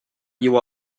you